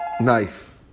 knife